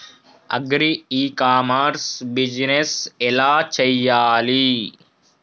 Agri e commerce business ఎలా చెయ్యాలి?